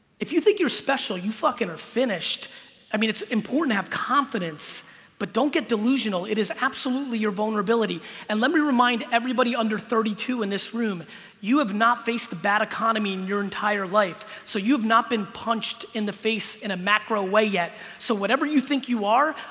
if you think you're special you fucking are finished i mean it's important to have confidence but don't get delusional it is absolutely your vulnerability and let me remind everybody under thirty two in this room you have not faced a bad economy in your entire life. so you've not been punched in the face in a macro way yet so whatever you think you are,